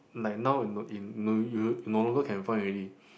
like now you no longer can find already